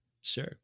Sure